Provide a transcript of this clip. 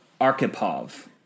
Arkhipov